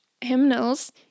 hymnals